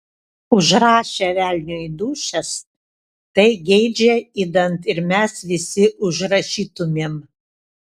užrašę velniui dūšias tai geidžia idant ir mes visi užrašytumėm